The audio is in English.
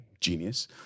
genius